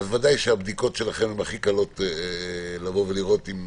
ודאי שהבדיקות שלכם הן הכי פשוטות, אם